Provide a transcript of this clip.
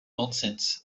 nonsense